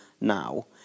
now